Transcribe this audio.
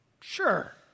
Sure